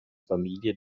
familie